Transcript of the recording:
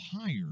higher